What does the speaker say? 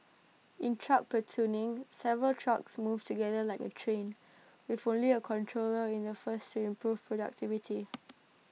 in truck platooning several trucks move together like A train with only A controller in the first to improve productivity